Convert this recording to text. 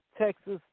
Texas